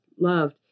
loved